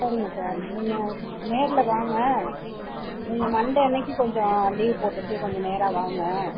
சரிங்க சார் நீங்கள் நேரில் வாங்க நீங்கள் மண்டே அன்னைக்கு கொஞ்சம் லீவ் போட்டுவிட்டு கொஞ்சம் நேராக வாங்க